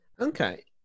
okay